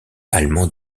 allemand